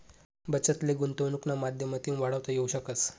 बचत ले गुंतवनुकना माध्यमतीन वाढवता येवू शकस